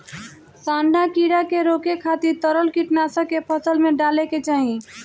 सांढा कीड़ा के रोके खातिर तरल कीटनाशक के फसल में डाले के चाही